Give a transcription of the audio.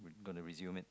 gonna resume it